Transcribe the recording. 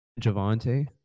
Javante